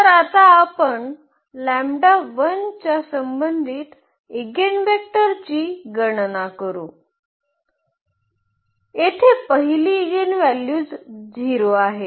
तर आता आपण च्या संबंधित ईगेनवेक्टरची गणना करू येथे पहिली इगेनव्हॅल्यूज 0 आहे